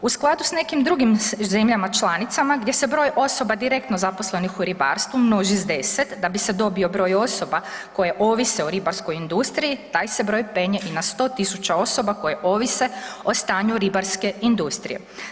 U skladu s nekim drugim zemljama članicama gdje se broj osoba direktno zaposlenih u ribarstvu množi s 10 da bi se dobio broj osoba koje ovise o ribarskoj industriji, taj se broj penje i na 100 000 osoba koje ovise o stanju ribarske industrije.